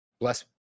Bless